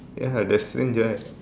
ya that's strange right